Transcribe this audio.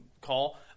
call